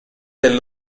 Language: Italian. del